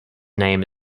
name